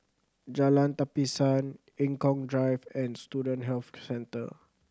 Jalan Tapisan Eng Kong Drive and Student Health Centre